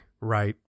Right